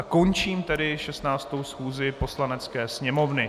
Končím tedy 16. schůzi Poslanecké sněmovny.